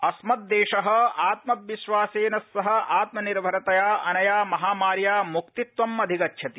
अस्मद्देश आत्मविश्वासेन सह आत्मनिर्भरतया अनया महामायी मुक्तित्वमधिगच्छति